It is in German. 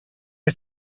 ist